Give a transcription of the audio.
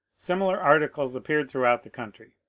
similar articles appeared throughout the country.